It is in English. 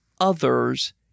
others